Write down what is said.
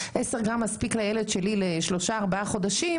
10 גרם מספיקים לילד שלי ל-4-3 חודשים,